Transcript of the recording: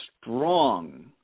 strong